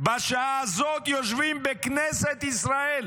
בשעה הזאת יושבים בכנסת ישראל